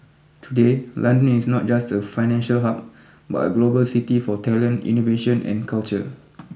today London is not just a financial hub but a global city for talent innovation and culture